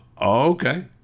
okay